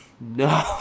No